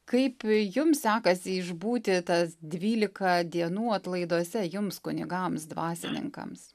kaip jums sekasi išbūti tas dvylika dienų atlaiduose jums kunigams dvasininkams